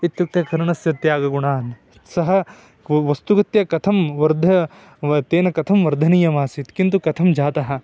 इत्युक्ते कर्णस्य त्यागगुणान् सः व् वस्तुगत्या कथं वर्ध तेन कथं वर्धनीयमासीत् किन्तु कथं जातः